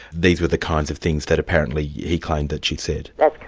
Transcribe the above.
these were the kinds of things that apparently he claimed that she'd said. that's